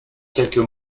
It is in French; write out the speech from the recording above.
quelques